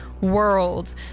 world